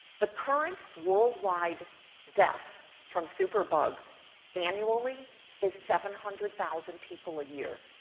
the current worldwide death from superbugs annually is seven hundred thousand people a year.